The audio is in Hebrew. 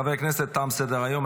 חברי הכנסת, תם סדר-היום.